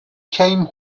came